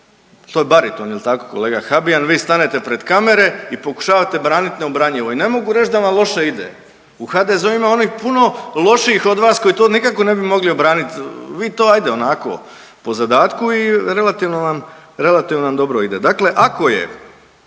to je bariton jel tako kolega Habijan, vi stanete pred kamere i pokušavati braniti neobranjivo. I ne mogu reći da vam loše ide. U HDZ-u ima onih puno lošijih od vas koji to nikako ne bi mogli obraniti, vi to ajde onako po zadatku i relativno vam, relativno vam dobro ide. Dakle, ako je